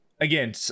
again